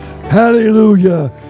hallelujah